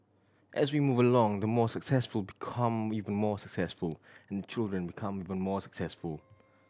as we move along the more successful become even more successful and children become even more successful